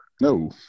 No